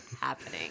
happening